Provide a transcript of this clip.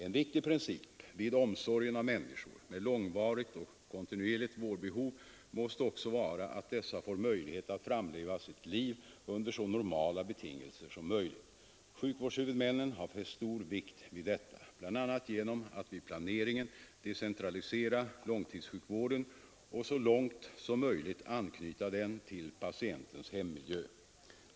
En viktig princip vid omsorgen av människor med långvarigt och kontinuerligt vårdbehov måste också vara att dessa får möjlighet att framleva sitt liv under så normala betingelser som möjligt. Sjukvårdshuvudmännen har fäst stor vikt vid detta, bl.a. genom att vid planeringen decentralisera långtidssjukvården och så långt som möjligt anknyta den till patientens hemmiljö.